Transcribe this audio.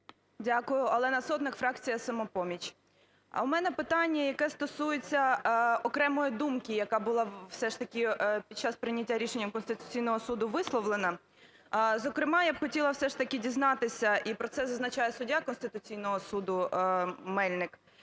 Дякую. Олена Сотник, фракція "Самопоміч". У мене питання, яке стосується окремої думки, яка була все ж таки під час прийняття рішення Конституційного Суду висловлена. Зокрема, я б хотіла все ж таки дізнатися, і про це зазначає суддя Конституційного Суду Мельник,